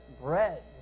bread